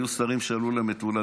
היו שרים שעלו למטולה,